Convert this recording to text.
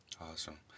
Awesome